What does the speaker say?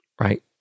Right